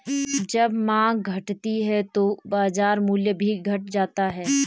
जब माँग घटती है तो बाजार मूल्य भी घट जाता है